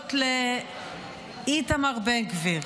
סמכויות לאיתמר בן גביר.